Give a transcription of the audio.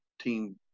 team